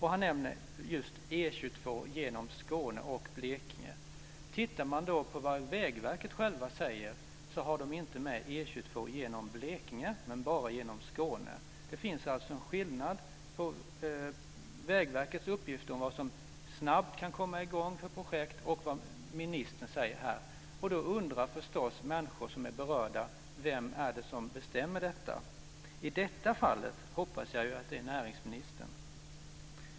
Han nämner just E 22 genom Skåne och Blekinge. Tittar man närmare på vad Vägverket säger finner man att verket inte har med E 22 genom Blekinge, bara genom Skåne. Det finns alltså en skillnad mellan Vägverkets uppgifter om vilka projekt som snabbt kan komma i gång och vad ministern säger här. Då undrar förstås människor som är berörda: Vem är det som bestämmer detta? I det här fallet hoppas jag ju att det är näringsministern.